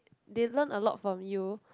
they learn a lot from you